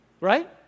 Right